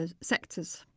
sectors